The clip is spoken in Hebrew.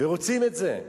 ורוצים את זה.